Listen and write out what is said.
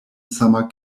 summer